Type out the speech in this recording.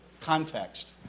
context